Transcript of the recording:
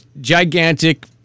gigantic